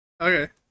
Okay